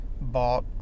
bought